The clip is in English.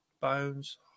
Bones